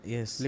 Yes